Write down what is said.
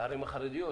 והערים החרדיות,